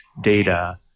data